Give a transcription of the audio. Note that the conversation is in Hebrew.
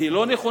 והיא לא נכונה,